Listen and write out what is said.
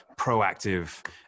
proactive